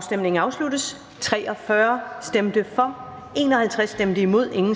og Susanne Zimmer (UFG) og Uffe Elbæk